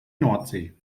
nordsee